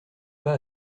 pas